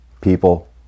people